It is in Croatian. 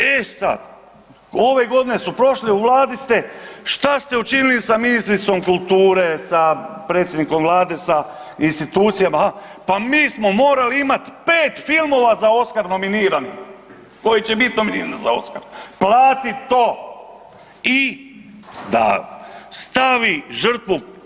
E sad, ove godine su prošle u Vladi ste, šta ste učinili sa ministricom kulture, sa predsjednikom Vlade, sa institucijama, pa mi smo morali imati 5 filmova za Oskar nominira, koji će biti nominiran za Oskar, platit to i da stavi žrtvu.